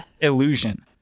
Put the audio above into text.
illusion